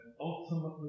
ultimately